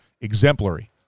exemplary